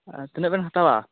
ᱟᱨ ᱛᱤᱱᱟᱹᱜ ᱵᱮᱱ ᱦᱟᱛᱟᱣᱟ